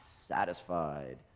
satisfied